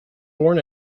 born